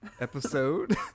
episode